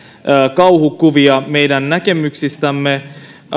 kauhukuvia meidän näkemyksistämme